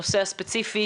הנושא הספציפי,